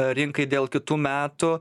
rinkai dėl kitų metų